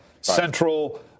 Central